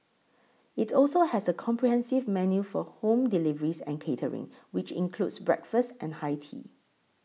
it also has a comprehensive menu for home deliveries and catering which includes breakfast and high tea